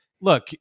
look